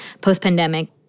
post-pandemic